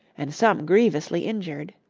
and some grievously injured.